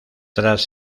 tras